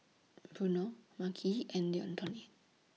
Bruno Makhi and